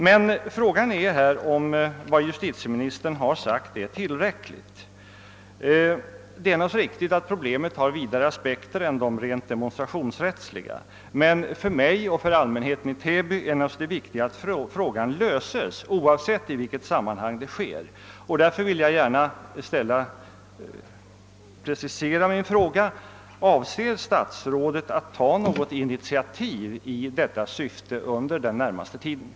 Men frågan är om det som justitieministern här sagt är tillräckligt. Det är riktigt att problemet har vidare aspekter än de rent demonstrationsrättsliga, men för mig liksom för allmänheten i Täby är det viktigaste naturligtvis att frågan löses, oavsett i vilket sammanhang det sker. Jag vill därför formulera min fråga sålunda: Avser statsrådet att under den närmaste tiden ta något initiativ i detta syfte?